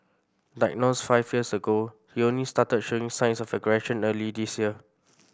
diagnosed five years ago he only started showing signs of aggression early this year